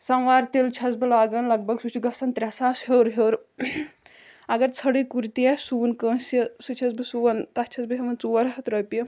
سَموار تِلہٕ چھس بہٕ لاگان لگ بگ سُہ چھُ گَژھان ترےٚ ساس ہیوٚر ہیوٚر اَگر ژھرٕے کُرتی آسہِ سُوُن کٲنٛسہِ سُہ چھس بہٕ سُوان تَتھ چھس بہٕ ہیٚوان ژور ہَتھ روٚپیہِ